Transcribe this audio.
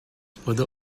further